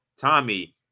Tommy